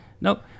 nope